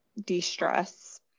de-stress